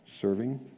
serving